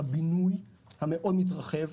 הבינוי שמאוד מתרחב,